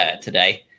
today